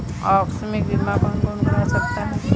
आकस्मिक बीमा कौन कौन करा सकता है?